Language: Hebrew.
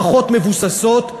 פחות מבוססות,